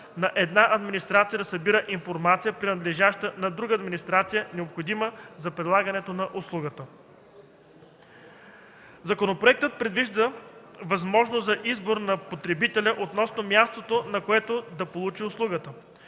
на една администрация да събира информация, принадлежаща на друга администрация, необходима за прилагането на услугата. Законопроектът предвижда възможност за избор на потребителя относно мястото, на което да получи услугата.